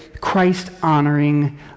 Christ-honoring